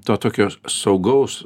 to tokio saugaus